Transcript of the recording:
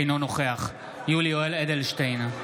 אינו נוכח יולי יואל אדלשטיין,